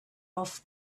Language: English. off